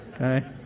okay